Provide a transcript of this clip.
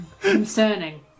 Concerning